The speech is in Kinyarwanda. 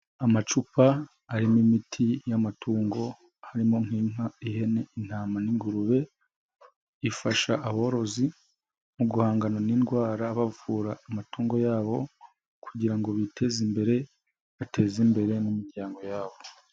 Amacupa arimo imiti y'amatungo harimo nk'inka, ihene, intama n'ingurube, ifasha aborozi mu guhangana n'indwara bavura amatungo yabo kugira ngo biteze imbere, bateze imbere n'imiryango yabo.